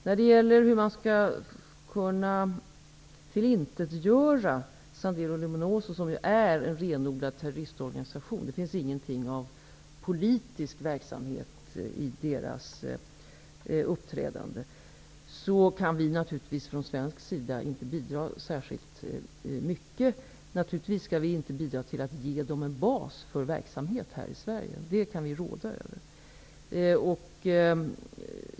När det gäller hur man skall kunna tillintetgöra Sendero Luminoso, som ju är en renodlad terroristorganisation -- det finns ingenting politiskt i den organisationens uppträdande -- kan vi från svensk sida naturligtvis inte bidra särskilt mycket. Naturligtvis skall vi inte bidra med att ge dem en bas för verksamhet här i Sverige. Det kan vi råda över.